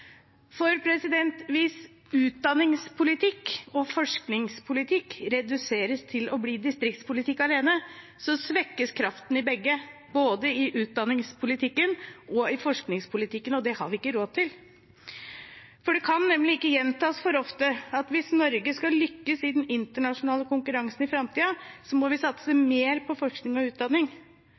Hvis utdanningspolitikk og forskningspolitikk reduseres til distriktspolitikk alene, svekkes kraften i begge – både i utdanningspolitikken og i forskningspolitikken – og det har vi ikke råd til. Det kan nemlig ikke gjentas for ofte: Hvis Norge skal lykkes i den internasjonale konkurransen i framtiden, må vi satse mer på forskning og utdanning.